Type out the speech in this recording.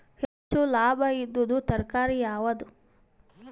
ಹೆಚ್ಚು ಲಾಭಾಯಿದುದು ತರಕಾರಿ ಯಾವಾದು?